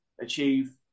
achieve